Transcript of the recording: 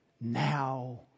Now